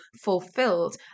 fulfilled